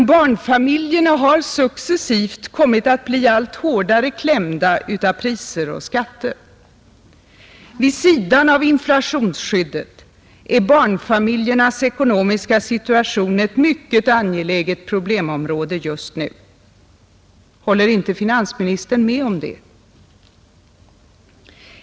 Men barnfamiljerna har successivt kommit att bli allt hårdare klämda av priser och skatter. Vid sidan av inflationsskyddet är barnfamiljernas ekonomiska situation ett mycket angeläget problemområde just nu. Håller inte finansministern med om det?